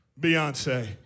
Beyonce